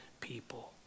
people